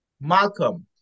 Malcolm